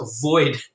avoid